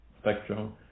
spectrum